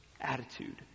attitude